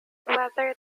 whether